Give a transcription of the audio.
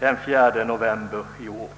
den 4 november i år.